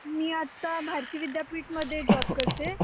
मी आत्ता भारती विद्यापीठामध्ये जॉब करते